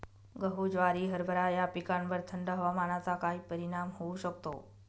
गहू, ज्वारी, हरभरा या पिकांवर थंड हवामानाचा काय परिणाम होऊ शकतो?